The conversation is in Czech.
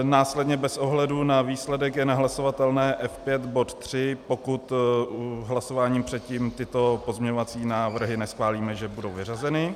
Následně bez ohledu na výsledek je nehlasovatelné F5 bod 3, pokud hlasováním předtím tyto pozměňovací návrhy neschválíme, že budou vyřazeny.